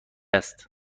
است